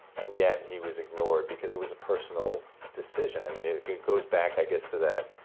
and yet he was ignored because it was a personal decision. i mean, it it goes back, i guess, to that